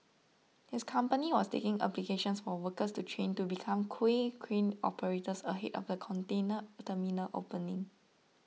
his company was taking applications for workers to train to become quay crane operators ahead of the container terminal opening